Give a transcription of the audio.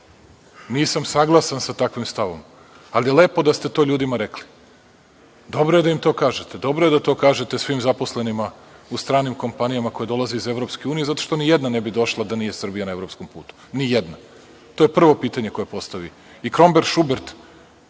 Nisam saglasan sa takvim stavom, ali je lepo da ste to ljudima rekli. Dobro je da im to kažete. Dobro je da kažete svim zaposlenima u stranim kompanijama koje dolaze iz EU, zato što ni jedna ne bi došla da nije Srbija na evropskom putu. Ni jedna. To je prvo pitanje koje postavi i Kromber Šubert,